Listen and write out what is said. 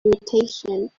irritation